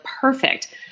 perfect